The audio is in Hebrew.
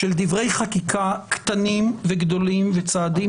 של דברי חקיקה קטנים וגדולים וצעדים